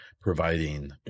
providing